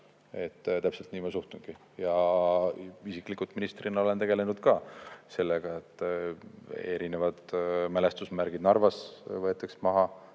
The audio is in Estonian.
Täpselt nii ma suhtungi. Ja ma isiklikult ministrina olen tegelenud sellega, et erinevad mälestusmärgid Narvas võetaks maha,